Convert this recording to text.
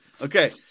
Okay